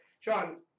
John